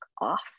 off